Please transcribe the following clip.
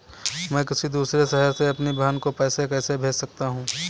मैं किसी दूसरे शहर से अपनी बहन को पैसे कैसे भेज सकता हूँ?